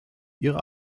ihre